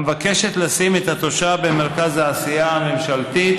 המבקשת לשים את התושב במרכז העשייה הממשלתית,